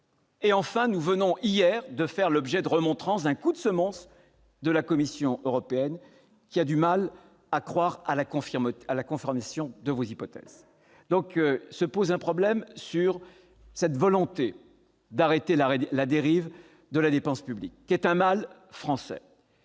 Enfin, nous venons hier de faire l'objet de remontrances, d'un coup de semonce de la Commission européenne, qui a du mal à croire à la confirmation de vos hypothèses. Votre volonté de mettre fin à la dérive de la dépense publique, qui est un mal français,